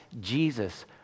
Jesus